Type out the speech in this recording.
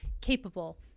capable